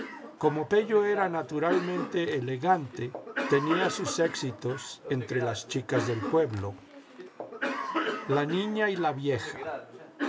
como pello era naturalmente elegante tenía sus éxitos entre las chicas del pueblo la nina y la vieja